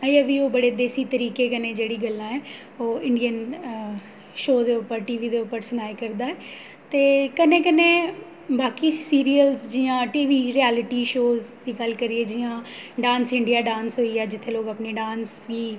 अजें बी ओह् बड़े देसी तरीके कन्नै जेह्ड़ी गल्लां ऐ ओह् इंडियन शोऽ दे उप्पर टी वी दे उप्पर सनाए करदा ऐ ते कन्नै कन्नै बाकी सीरियल जि'यां टी वी रियल्टी शोहें दी गल्ल करचै जि'यां डांस इंडिया डांस होई गेआ जित्थै लोग अपने डांस गी